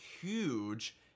huge